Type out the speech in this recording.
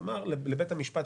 הוא אמר לבית המשפט,